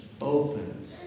opened